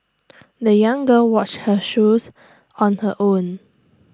the young girl washed her shoes on her own